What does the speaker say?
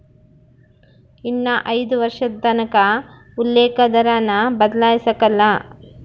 ಇನ್ನ ಐದು ವರ್ಷದತಕನ ಉಲ್ಲೇಕ ದರಾನ ಬದ್ಲಾಯ್ಸಕಲ್ಲ